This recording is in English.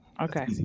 Okay